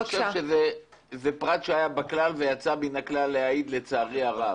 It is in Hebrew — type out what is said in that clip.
אני חושב שזה פרט שהיה בכלל ויצא מן הכלל להעיד "לצערי הרב".